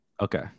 Okay